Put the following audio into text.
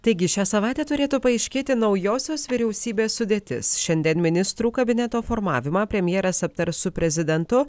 taigi šią savaitę turėtų paaiškėti naujosios vyriausybės sudėtis šiandien ministrų kabineto formavimą premjeras aptars su prezidentu